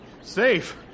Safe